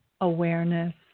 awareness